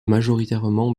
majoritairement